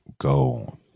go